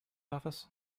office